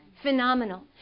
phenomenal